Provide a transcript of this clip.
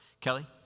Kelly